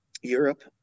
Europe